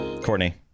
Courtney